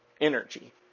Energy